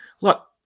Look